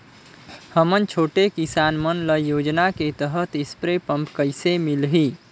हमन छोटे किसान मन ल योजना के तहत स्प्रे पम्प कइसे मिलही?